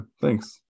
thanks